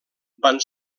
van